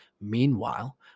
Meanwhile